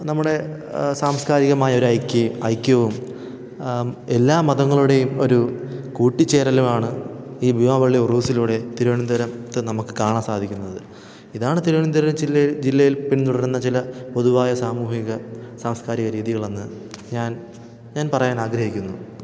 നമ്മുടെ സാംസ്കാരികമായ ഒരു ഐക്യ ഐക്യവും ആം എല്ലാ മതങ്ങളുടെയും ഒരു കൂട്ടിച്ചേരലുമാണ് ഈ ഭീമാപള്ളി ഉറൂസിലൂടെ തിരുവനന്തപുരത്ത് നമുക്ക് കാണാൻ സാധിക്കുന്നത് ഇതാണ് തിരുവനന്തപുരം ചില്ലയിൽ ജില്ലയിൽ പിന്തുടരുന്ന ചില പൊതുവായ സാമൂഹിക സാംസ്കാരികരീതികളെന്നു ഞാൻ ഞാൻ പറയാൻ ആഗ്രഹിക്കുന്നു